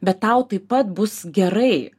bet tau taip pat bus gerai